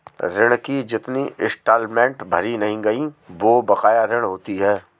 ऋण की जितनी इंस्टॉलमेंट भरी नहीं गयी वो बकाया ऋण होती है